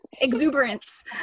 Exuberance